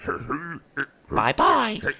Bye-bye